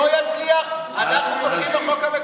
לא יצליח, אנחנו תומכים בחוק המקורי.